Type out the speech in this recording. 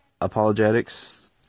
apologetics